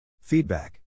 Feedback